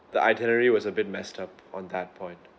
the itinerary was a bit messed up on that point